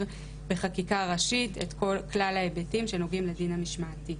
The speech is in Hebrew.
בחקיקה ראשית את כלל ההיבטים שנוגעים לדין המשמעתי.